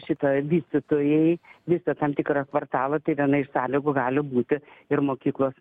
šitą vystytojai vysto tam tikrą kvartalą tai viena iš sąlygų gali būti ir mokyklos